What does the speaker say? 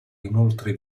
inoltre